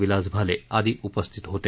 विलास भाले आदी उपस्थित होते